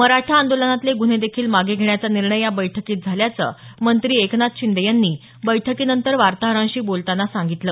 मराठा आंदोलनातले गुन्हेदेखील मागे घेण्याचा निर्णय या बैठकीत झाल्याचं मंत्री एकनाथ शिंदे यांनी बैठकीनंतर वार्ताहरांशी बोलताना सांगितलं